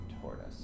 tortoise